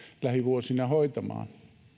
lähivuosina hoitamaan